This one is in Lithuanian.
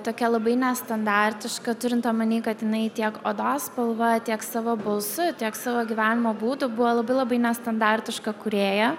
tokia labai nestandartiška turint omeny kad jinai tiek odos spalva tiek savo balsu tiek savo gyvenimo būdu buvo labai labai nestandartiška kūrėja